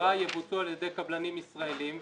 שבהגדרה יבוצעו על ידי קבלנים ישראלים,